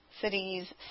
cities